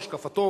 השקפתו,